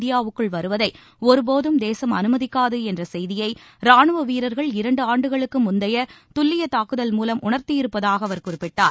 இந்தியாவுக்குள் வருவதை ஒருபோதும் தேசம் அனுமதிக்காது என்ற செய்தியை ராணுவ வீரர்கள் இரண்டு ஆண்டுக்கு முந்தைய துல்லிய தங்குதல் மூலம் உணர்த்தியிருப்பதாக அவர் குறிப்பிட்டார்